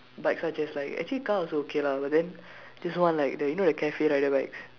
bikes are just like actually car also okay lah but then just more like you know the cafe rider bikes